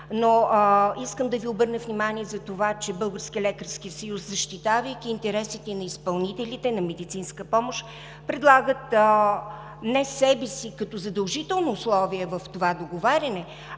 Искам да Ви обърна внимание и на това, че Българският лекарски съюз, защитавайки интересите на изпълнителите на медицинска помощ, предлагат не себе си като задължително условие в това договаряне,